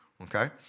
Okay